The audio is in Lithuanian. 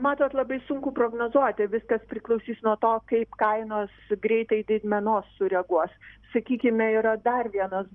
matot labai sunku prognozuoti viskas priklausys nuo to kaip kainos greitai didmenos sureaguos sakykime yra dar vienas